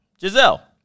Giselle